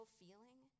feeling